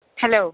hello